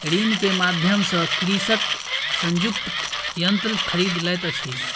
ऋण के माध्यम सॅ कृषक संयुक्तक यन्त्र खरीद लैत अछि